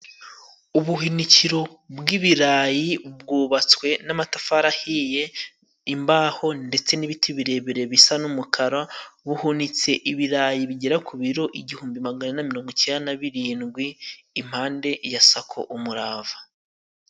Ubuhunikiro bw'ibirayi bwubatswe n'amatafari ahiye, imbaho, ndetse n'ibiti birebire bisa n'umukara. Buhunitse ibirayi bigera ku biro igihumbi magana ane na mirongo icyenda na birindwi. Impande ya sacco Umurava.